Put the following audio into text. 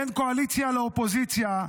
בין קואליציה לאופוזיציה.